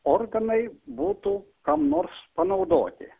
organai būtų kam nors panaudoti